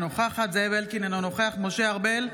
אינה נוכחת זאב אלקין, אינו נוכח משה ארבל,